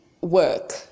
work